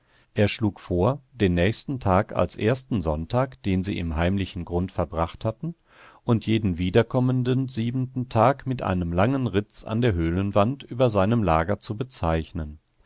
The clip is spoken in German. er schlug vor den nächsten tag als ersten sonntag den sie im heimlichen grund verbracht hatten und jeden wiederkommenden siebenten tag mit einem langen ritz an der höhlenwand über seinem lager zu bezeichnen